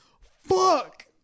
fuck